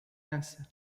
dança